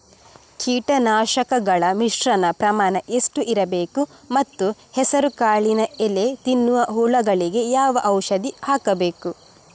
ಕೀಟನಾಶಕಗಳ ಮಿಶ್ರಣ ಪ್ರಮಾಣ ಎಷ್ಟು ಇರಬೇಕು ಮತ್ತು ಹೆಸರುಕಾಳಿನ ಎಲೆ ತಿನ್ನುವ ಹುಳಗಳಿಗೆ ಯಾವ ಔಷಧಿ ಹಾಕಬೇಕು?